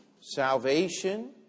Salvation